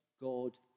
God